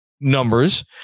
numbers